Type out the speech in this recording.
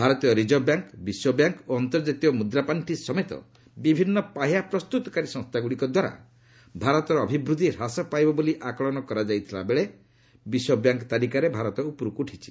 ଭାରତୀୟ reserve bank ବିଶ୍ୱ bank ଓ ଅନ୍ତର୍ଜାତୀୟ ମୁଦ୍ରାପାର୍ଷି ସମେତ ବିଭିନ୍ନ ପାହ୍ୟା ପ୍ରସ୍ତୁତକାରୀ ସଂସ୍ଥାଗୁଡ଼ିକ ଦ୍ୱାରା ଭାରତର ଅଭିବୃଦ୍ଧି ହ୍ରାସ ପାଇବ ବୋଲି ଆକଳନ କରାଯାଇଥିଲାବେଳେ ବିଶ୍ୱବ୍ୟାଙ୍କ୍ ତାଲିକାରେ ଭାରତ ଉପରକୁ ଉଠିଛି